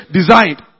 designed